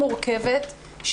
מורכבת מאוד,